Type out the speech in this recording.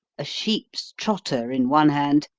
a sheep's trotter in one hand,